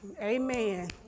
Amen